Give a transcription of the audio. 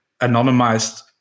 anonymized